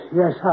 yes